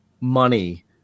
money